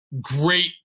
Great